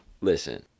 Listen